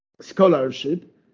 scholarship